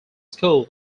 school